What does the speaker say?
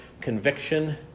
conviction